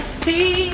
see